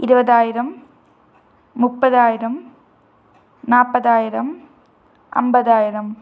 இருபதாயிரம் முப்பதாயிரம் நாற்பதாயிரம் ஐம்பதாயிரம்